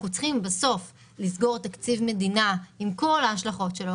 צריכים בסוף לסגור תקציב מדינה עם כל ההשלכות שלו,